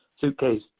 suitcase